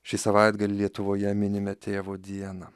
šį savaitgalį lietuvoje minime tėvo dieną